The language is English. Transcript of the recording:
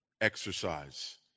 exercise